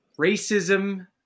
racism